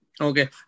Okay